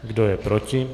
Kdo je proti?